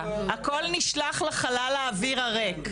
הכול נשלח לחלל האוויר הריק.